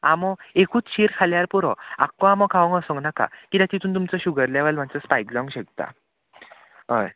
आमो एकूच शीर खाल्यार पुरो आक्को आमो खावंक वसोंक नाका कित्याक तितून तुमचो शुगर लेवल मातसो स्पायक जावंक शकता हय